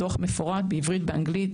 דוח מפורט בעברית ובאנגלית,